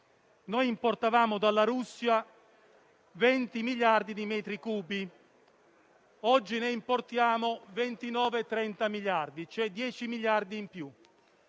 fa importavamo dalla Russia 20 miliardi di metri cubi di gas, oggi ne importiamo 29-30 miliardi, cioè 10 miliardi in più,